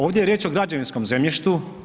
Ovdje je riječ o građevinskom zemljištu.